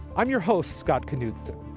i'm your host scott knudson.